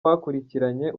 bakurikiranye